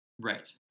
Right